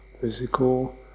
physical